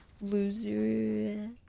loser